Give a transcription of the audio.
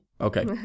Okay